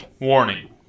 Warning